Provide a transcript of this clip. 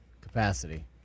capacity